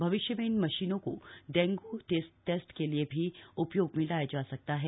भविष्य में इन मशीनों को डेंगू टेस्ट के लिए भी उपयोग में लाया जा सकता है